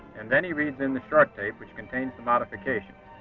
and then he reads in the short tape which contains the modifications.